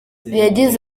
yagize